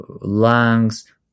lungs